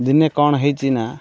ଦିନେ କ'ଣ ହେଇଛି ନା